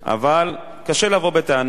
אבל קשה לבוא בטענות.